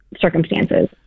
circumstances